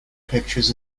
pictures